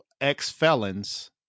ex-felons